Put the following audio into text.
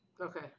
Okay